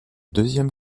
deuxième